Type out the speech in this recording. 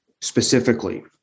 specifically